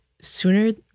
sooner